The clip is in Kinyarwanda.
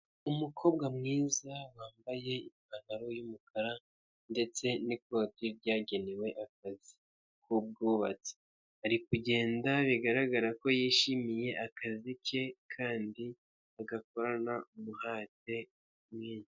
Umukobwa mwiza wambaye ipantaro y'umukara ndetse n'ikoti ryagenewe akazi k'ubwubatsi, ari kugenda bigaragara ko yishimiye, akazi ke kandi agakorana umuhate mwinshi.